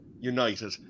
United